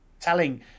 Telling